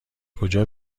کجا